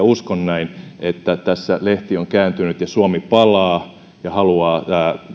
uskon näin että tässä lehti on kääntynyt ja suomi palaa ja haluaa